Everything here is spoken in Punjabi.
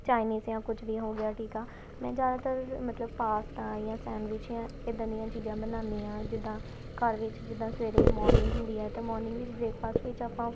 ਚਾਈਨੀਜ਼ ਜਾਂ ਕੁਛ ਵੀ ਹੋ ਗਿਆ ਠੀਕ ਆ ਮੈਂ ਜ਼ਿਆਦਾਤਰ ਮਤਲਬ ਪਾਸਤਾ ਜਾਂ ਸੈਂਡਵਿਚ ਜਾਂ ਇੱਦਾਂ ਦੀਆਂ ਚੀਜ਼ਾਂ ਬਣਾਉਂਦੀ ਹਾਂ ਜਿੱਦਾਂ ਘਰ ਵਿੱਚ ਜਿੱਦਾਂ ਸਵੇਰੇ ਮੋਰਨਿੰਗ ਹੁੰਦੀ ਆ ਤਾਂ ਮੋਰਨਿੰਗ ਵਿੱਚ ਬ੍ਰੇਕਫਾਸਟ ਵਿੱਚ ਆਪਾਂ